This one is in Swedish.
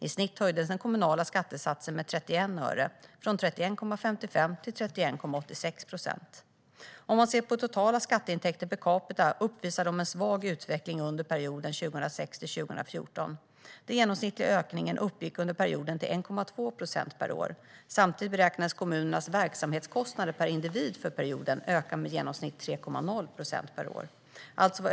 I snitt höjdes den kommunala skattesatsen med 31 öre från 31,55 till 31,86 procent. Totala skatteintäkter per capita uppvisar en svag utveckling under perioden 2006-2014. Den genomsnittliga ökningen uppgick under perioden till 1,2 procent per år. Samtidigt beräknades kommunernas verksamhetskostnader per individ för perioden öka med i genomsnitt 3,0 procent per år.